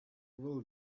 will